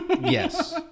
Yes